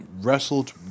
wrestled